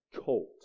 colt